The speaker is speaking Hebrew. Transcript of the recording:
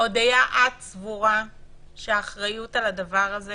את סבורה שהאחריות על הדבר הזה